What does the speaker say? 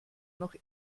noch